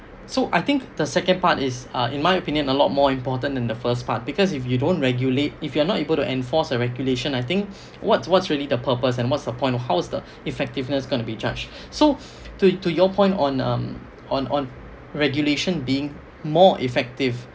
so I think the second part is uh in my opinion a lot more important than the first part because if you don't regulate if you are not able to enforce a regulation I think what's what's really the purpose and what's the point of how's the effectiveness gonna be judged so to to your point on um on on regulation being more effective